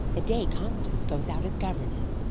the day constance goes out as governess.